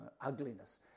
ugliness